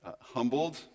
humbled